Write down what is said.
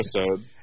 episode